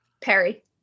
Perry